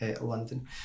London